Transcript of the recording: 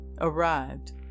arrived